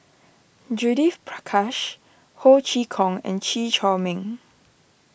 Judith Prakash Ho Chee Kong and Chew Chor Meng